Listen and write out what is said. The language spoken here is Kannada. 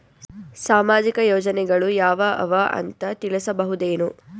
ಸಾಮಾಜಿಕ ಯೋಜನೆಗಳು ಯಾವ ಅವ ಅಂತ ತಿಳಸಬಹುದೇನು?